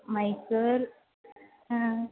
मैसूर् हा